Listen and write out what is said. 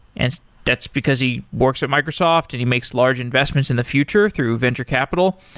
and that's because he works at microsoft and he makes large investments in the future through venture capital,